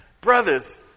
Brothers